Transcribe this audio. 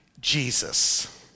Jesus